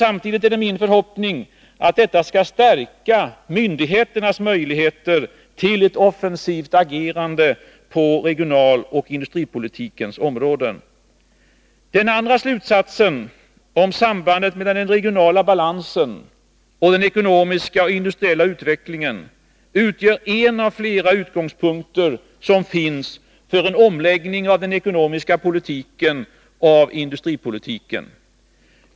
Samtidigt är det min förhoppning att detta skall stärka myndigheternas möjligheter till ett offensivt agerande på regionaloch industripolitikens områden. Den andra slutsatsen — om sambandet mellan den regionala balansen och den ekonomiska och industriella utvecklingen — utgör en av flera utgångspunkter som finns för en omläggning av den ekonomiska politiken, av industripolitiken.